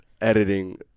editing